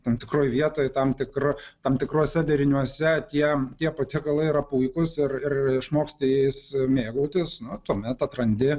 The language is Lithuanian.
tam tikroj vietoj tam tikra tam tikruose deriniuose tie tie patiekalai yra puikūs ir ir išmoksti jais mėgautis na tuomet atrandi